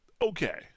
okay